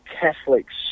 Catholics